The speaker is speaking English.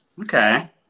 Okay